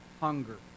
hunger